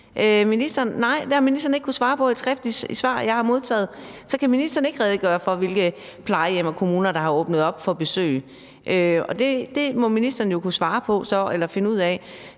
det har ministeren ikke kunnet svare på i et skriftligt svar, jeg har modtaget. Her kan ministeren ikke redegøre for, hvilke plejehjem og kommuner der har åbnet op for besøg, og det må ministeren jo kunne svare på og herunder